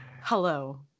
hello